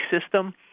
system